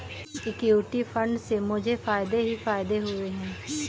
equity fund से मुझे फ़ायदे ही फ़ायदे हुए हैं